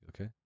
okay